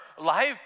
life